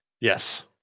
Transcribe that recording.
Yes